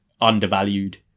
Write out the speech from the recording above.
undervalued